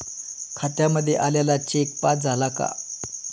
खात्यामध्ये आलेला cheque pass झाला का?